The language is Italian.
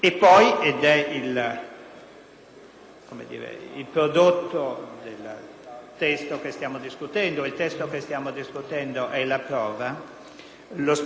prodotto del testo che stiamo discutendo, che ne è la prova: lo spirito politico